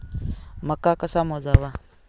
मका कसा मोजावा?